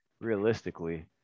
realistically